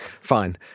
Fine